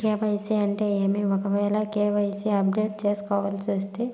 KYC అంటే ఏమి? ఒకవేల కె.వై.సి అప్డేట్ చేయాల్సొస్తే